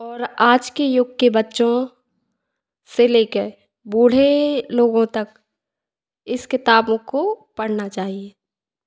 और आज के युग के बच्चों से लेकर बूढ़े लोगों तक इस किताबों को पढ़ना चाहिए